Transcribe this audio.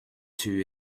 two